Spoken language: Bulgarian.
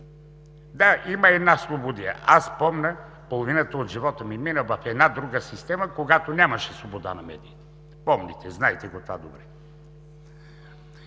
Да, има една слободия. Аз помня – половината от живота ми мина в една друга система, когато нямаше свобода на медиите, помните, знаете го това добре,